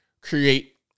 create